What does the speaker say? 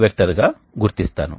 rotary hood మరొక వైపు ఉంటుంది